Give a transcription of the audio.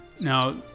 Now